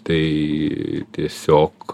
tai tiesiog